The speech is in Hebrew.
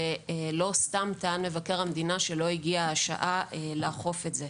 לא סתם טען מבקר המדינה שלא הגיעה השעה לאכוף את זה.